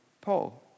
Paul